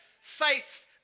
Faith